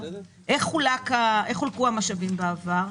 איך חולקו המשאבים בעבר,